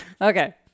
Okay